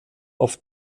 auf